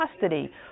custody